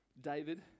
David